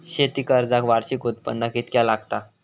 शेती कर्जाक वार्षिक उत्पन्न कितक्या लागता?